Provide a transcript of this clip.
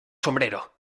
sombrero